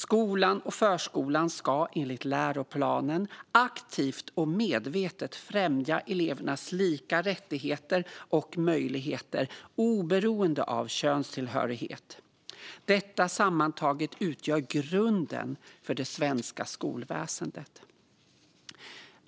Skolan och förskolan ska enligt läroplanerna aktivt och medvetet främja elevernas lika rättigheter och möjligheter, oberoende av könstillhörighet. Detta sammantaget utgör grunden för det svenska skolväsendet.